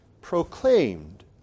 proclaimed